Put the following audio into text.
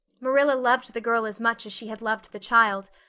marilla loved the girl as much as she had loved the child,